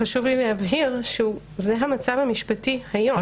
חשוב לי להבהיר שזה המצב המשפטי היום.